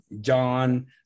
John